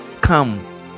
come